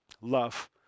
love